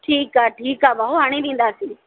ठीकु आहे ठीकु आहे भाउ आणे ॾींदासीं